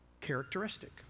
Characteristic